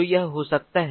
तो यह हो सकता है